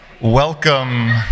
Welcome